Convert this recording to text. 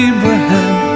Abraham